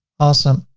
awesome.